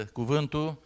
cuvântul